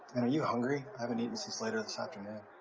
are you hungry? i haven't eaten since later this afternoon.